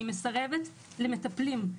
אני מסרבת למטופלים,